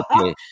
Okay